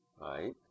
right